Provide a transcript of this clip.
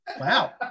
Wow